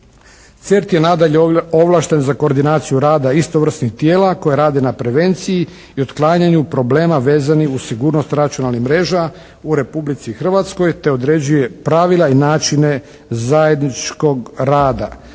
CERT je nadalje ovlašten za koordinaciju rada istovrsnih tijela koje rade na prevenciji i otklanjanju problema vezanih uz sigurnost računalnih mreža u Republici Hrvatskoj te određuje pravila i načine zajedničkog rada.